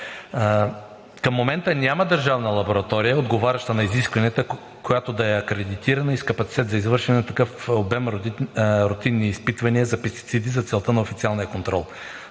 Към момента няма държавна лаборатория, отговаряща на изискванията, която да е акредитирана и с капацитет за извършване на такъв обем рутинни изпитвания за пестициди за целта на официалния контрол.